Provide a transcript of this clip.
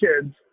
kids